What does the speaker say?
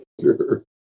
Sure